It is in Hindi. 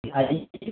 आइए